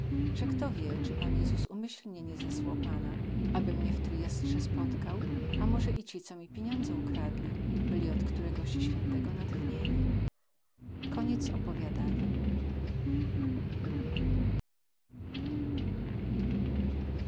kto wie cy paniezus umyślnie nie zesłał pana aby mie w tryjestrze spotkał a moze i ci co mi piniądze ukradli byli od któregosi świętego natchnieni